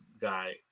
guy